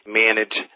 manage